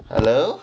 hello